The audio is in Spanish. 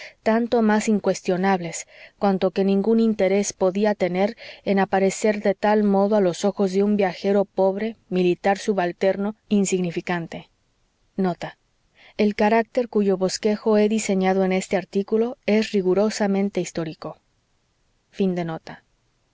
tanto más incuestionables cuanto que ningún interés podía tener en aparecer de tal modo a los ojos de un viajero pobre militar subalterno e insignificante el carácter cuyo bosquejo he diseñado en este artículo es rigurosamente histórico